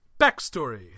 backstory